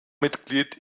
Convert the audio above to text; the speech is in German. mitglied